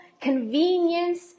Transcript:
convenience